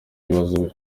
ibibazo